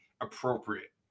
appropriate